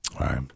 right